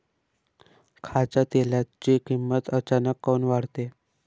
खाच्या तेलाची किमत अचानक काऊन वाढते?